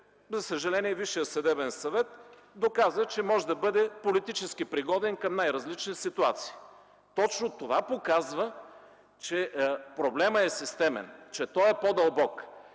за съжаление Висшият съдебен съвет доказа, че може да бъде политически пригоден към най-различни ситуации. Точно това показва, че проблемът е системен, че е по-дълбок,